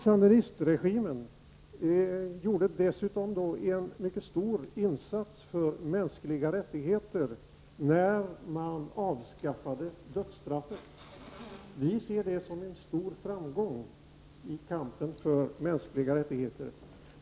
Sandinistregimen gjorde dessutom en mycket stor insats för de mänskliga rättigheterna när man avskaffade dödsstraffet. Vi ser det som en stor framgång i kampen för mänskliga rättigheter.